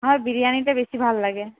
আমার বিরিয়ানিটা বেশি ভাল লাগে